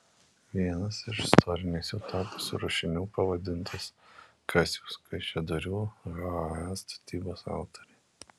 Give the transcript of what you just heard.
vienas iš istoriniais jau tapusių rašinių pavadintas kas jūs kaišiadorių hae statybos autoriai